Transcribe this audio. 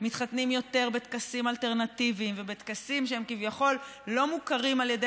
מתחתנים יותר בטקסים אלטרנטיביים ובטקסים שהם כביכול לא מוכרים על ידי